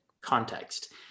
context